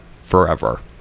forever